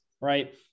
right